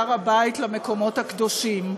להר הבית למקומות הקדושים.